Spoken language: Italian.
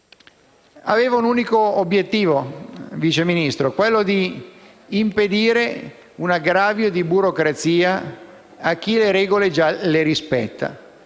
aveva l'unico obiettivo, Vice Ministro, di impedire un aggravio di burocrazia a chi le regole già rispetta.